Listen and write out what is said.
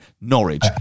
Norwich